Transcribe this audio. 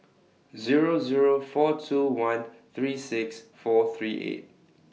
Zero Zero four two one three six four three eight